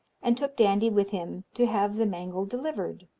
and took dandie with him, to have the mangle delivered.